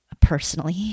personally